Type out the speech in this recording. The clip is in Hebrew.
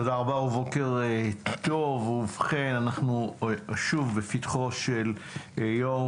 תודה רבה ובוקר טוב, ובכן אנחנו שוב בפתחו של יום,